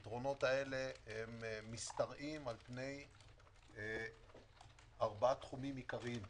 הפתרונות האלה משתרעים על ארבעה תחומים עיקריים: